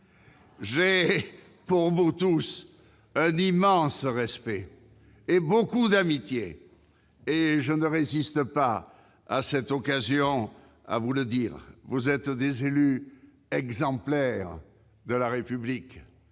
j'ai pour vous tous un immense respect, et beaucoup d'amitié. Je ne résiste pas, en cette occasion, à la tentation de vous le dire : vous êtes des élus exemplaires de la République.